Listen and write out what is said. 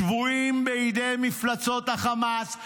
שבויים בידי מפלצות החמאס,